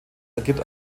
ergibt